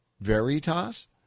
Veritas